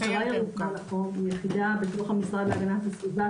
המשטרה הירוקה היא יחידה בתוך המשרד להגנת הסביבה,